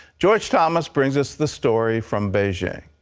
george thomas brings us the story from beijing.